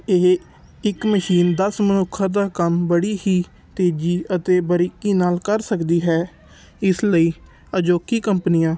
ਇਹ ਇੱਕ ਮਸ਼ੀਨ ਦਸ ਮਨੁੱਖਾਂ ਦਾ ਕੰਮ ਬੜੀ ਹੀ ਤੇਜ਼ੀ ਅਤੇ ਬਰੀਕੀ ਨਾਲ ਕਰ ਸਕਦੀ ਹੈ ਇਸ ਲਈ ਅਜੋਕੀ ਕੰਪਨੀਆਂ